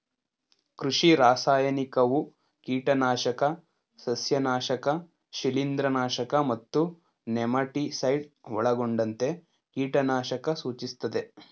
ಕೃಷಿ ರಾಸಾಯನಿಕವು ಕೀಟನಾಶಕ ಸಸ್ಯನಾಶಕ ಶಿಲೀಂಧ್ರನಾಶಕ ಮತ್ತು ನೆಮಟಿಸೈಡ್ ಒಳಗೊಂಡಂತೆ ಕೀಟನಾಶಕ ಸೂಚಿಸ್ತದೆ